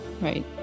Right